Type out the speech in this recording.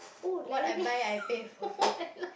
what I buy I pay for me